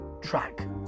track